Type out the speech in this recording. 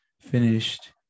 finished